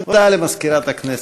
הודעה למזכירת הכנסת.